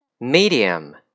medium